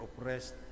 oppressed